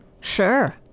Sure